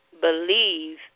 Believe